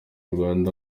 rwanda